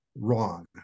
wrong